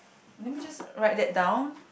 let me just write that down